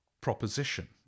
proposition